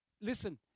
listen